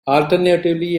alternatively